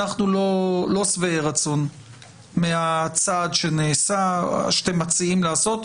אנחנו לא שבעי רצון מהצעד שאתם מציעים לעשות.